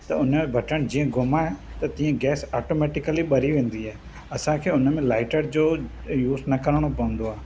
त उन जो बटण जीअं घुमाए त तीअं गैस आटोमेटिकली ॿरी वेंदी आहे असांखे उन में लाइटर जो यूज़ न करणो पवंदो आहे